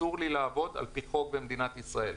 אסור לי לעבוד במצב כזה על פי חוק במדינת ישראל.